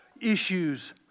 issues